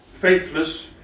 Faithless